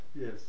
yes